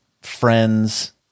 friends